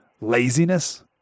laziness